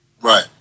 Right